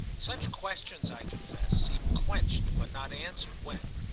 such questions, i confess, seemed quenched but not answered when,